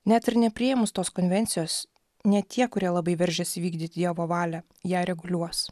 net ir nepriėmus tos konvencijos ne tie kurie labai veržiasi įvykdyti dievo valią ją reguliuos